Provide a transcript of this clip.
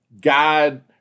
God